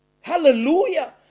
Hallelujah